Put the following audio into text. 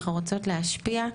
אנחנו רוצות להשפיע.